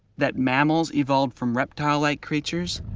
that mammals evolved from reptile-like creatures,